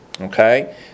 Okay